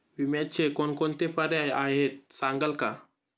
विम्याचे कोणकोणते पर्याय आहेत सांगाल का?